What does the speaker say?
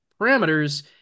parameters